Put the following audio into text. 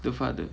the father